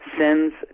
sends